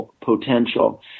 potential